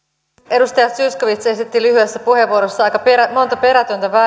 edustaja zyskowicz esitti lyhyessä puheenvuorossaan aika monta perätöntä